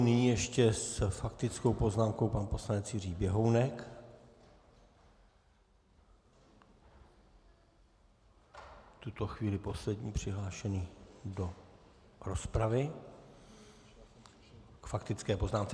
Nyní ještě s faktickou poznámkou pan poslanec Jiří Běhounek, v tuto chvíli poslední přihlášená do rozpravy k faktické poznámce.